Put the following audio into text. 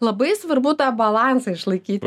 labai svarbu tą balansą išlaikyti